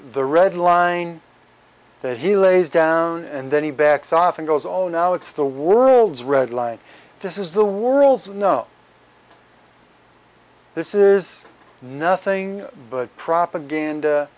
the red line that he lays down and then he backs off and goes all now it's the world's red line this is the world's no this is nothing but propaganda